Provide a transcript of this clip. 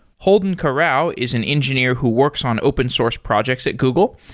holden karau is an engineer who works on open source projects at google.